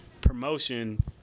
promotion